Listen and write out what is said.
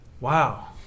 Wow